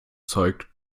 zeugt